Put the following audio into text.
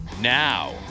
Now